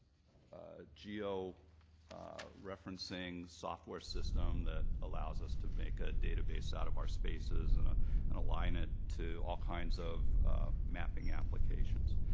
ah geo-referencing software system that allows us to make a database out of our spaces and ah and align it to all kinds of mapping applications.